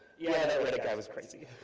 yeah that reddit guy was crazy.